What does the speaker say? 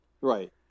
Right